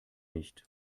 nicht